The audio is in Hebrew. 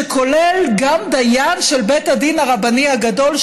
שכולל גם דיין של בית הדין הרבני הגדול,